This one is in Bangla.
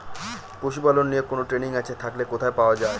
পশুপালন নিয়ে কোন ট্রেনিং আছে থাকলে কোথায় পাওয়া য়ায়?